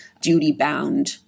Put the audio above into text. duty-bound